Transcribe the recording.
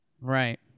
Right